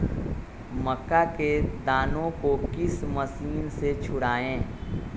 मक्का के दानो को किस मशीन से छुड़ाए?